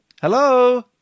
Hello